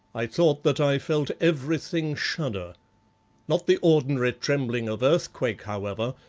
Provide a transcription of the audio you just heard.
i thought that i felt everything shudder not the ordinary trembling of earthquake, however,